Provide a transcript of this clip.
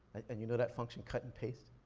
and you know that function, cut and paste?